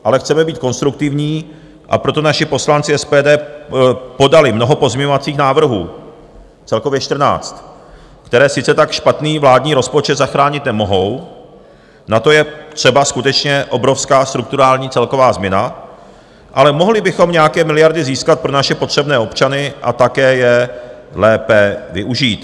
Ale chceme být konstruktivní, a proto naši poslanci SPD podali mnoho pozměňovacích návrhů, celkově 14, které sice tak špatný vládní rozpočet zachránit nemohou, na to je třeba skutečně obrovská strukturální celková změna, ale mohli bychom nějaké miliardy získat pro naše potřebné občany a také je lépe využít.